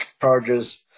charges